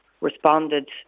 responded